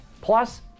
Plus